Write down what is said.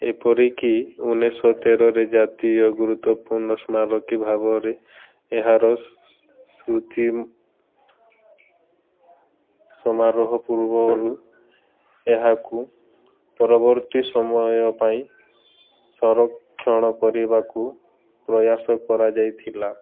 ଏପରିକି ଉଣେଇଶହ ତେରରେ ଜାତୀୟ ଗୁରୁତ୍ୱପୂର୍ଣ୍ଣ ସ୍ମାରକୀ ଭାବରେ ଏହାର ସ୍ମୃତି ସମାରୋହ ପୂର୍ବରୁ ଏହାକୁ ପରବର୍ତ୍ତୀ ସମୟ ପାଇଁ ସଂରକ୍ଷଣ କରିବାକୁ ପ୍ରୟାସ କରାଯାଇଥିଲା